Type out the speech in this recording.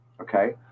okay